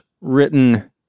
written